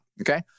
okay